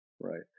right